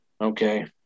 Okay